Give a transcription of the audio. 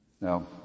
Now